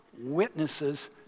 witnesses